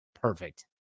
Perfect